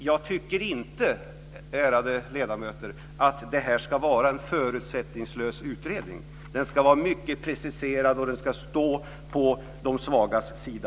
Jag tycker inte, ärade ledamöter, att det ska vara en förutsättningslös utredning. Den ska vara mycket preciserad, och den ska stå på de svagas sida.